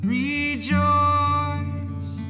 rejoice